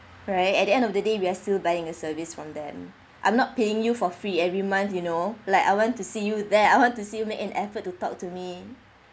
right at the end of the day we are still buying a service from them I'm not paying you for free every month you know like I want to see you there I want to see you make an effort to talk to me